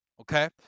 Okay